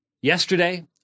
yesterday